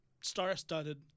star-studded